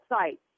site